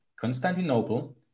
Constantinople